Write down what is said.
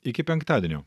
iki penktadienio